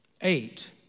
eight